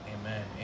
Amen